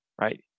right